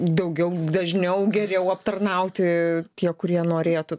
daugiau dažniau geriau aptarnauti tie kurie norėtų